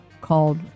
called